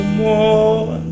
more